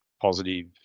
positive